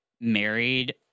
married